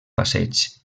passeig